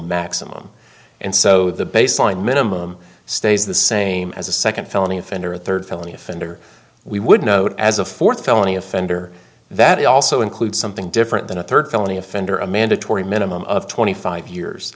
maximum and so the baseline minimum stays the same as a second felony offender a third felony offender we would note as a fourth felony offender that also includes something different than a third felony offender a mandatory minimum of twenty five years